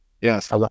yes